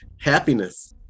happiness